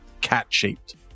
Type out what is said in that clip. cat-shaped